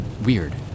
weird